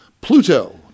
Pluto